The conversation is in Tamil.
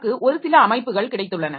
நமக்கு ஒரு சில அமைப்புகள் கிடைத்துள்ளன